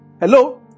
Hello